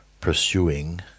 pursuing